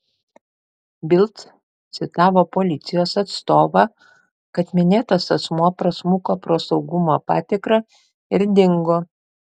bild citavo policijos atstovą kad minėtas asmuo prasmuko pro saugumo patikrą ir dingo